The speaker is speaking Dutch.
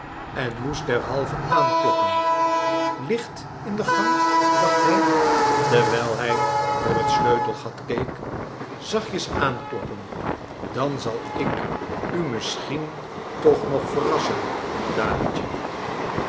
en moest derhalve aankloppen licht in den gang dacht hij terwijl hij door het sleutelgat keek zachtjes aankloppen dan zal ik u misschien toch nog verrassen dametje